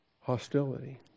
Hostility